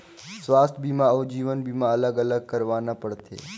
स्वास्थ बीमा अउ जीवन बीमा अलग अलग करवाना पड़थे?